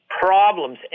problems